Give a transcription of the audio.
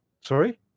Sorry